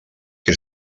que